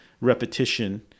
repetition –